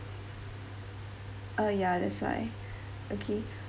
uh ya that's why okay